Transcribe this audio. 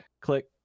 click